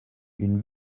une